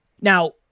Now